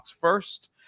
first